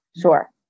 Sure